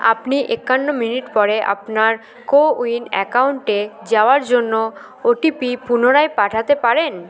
আপনি একান্ন মিনিট পরে আপনার কোউইন অ্যাকাউন্টে যাওয়ার জন্য ওটিপি পুনরায় পাঠাতে পারেন